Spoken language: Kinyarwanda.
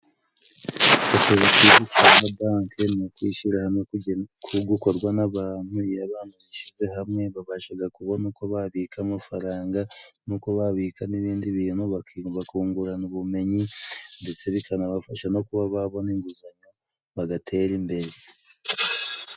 Koperative cangwa Banke ni ukwishira hamwe gukorwa n'abantu, iyo abantu bishize hamwe babashaga kubona uko babika amafaranga n'uko babika n'ibindi bintu, baki bakungurana ubumenyi ndetse bikanabafasha no kuba babona inguzanyo bagatera imbere.